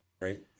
right